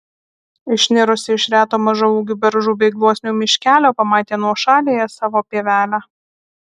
išnirusi iš reto mažaūgių beržų bei gluosnių miškelio pamatė nuošaliąją savo pievelę